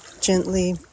gently